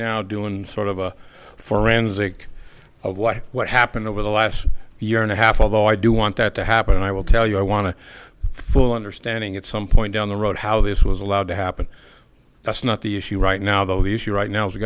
now doing sort of a forensic of what what happened over the last year and a half although i do want that to happen and i will tell you i want to full understanding at some point down the road how this was allowed to happen that's not the issue right now though the issue right now